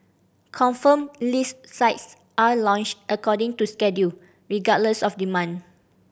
confirmed list sites are launched according to schedule regardless of demand